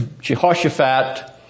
Jehoshaphat